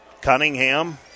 Cunningham